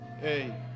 Hey